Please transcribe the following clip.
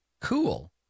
Cool